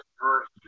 first